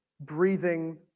breathing